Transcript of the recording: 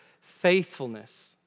faithfulness